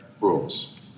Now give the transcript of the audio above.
rules